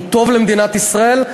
הוא טוב למדינת ישראל.